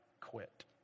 quit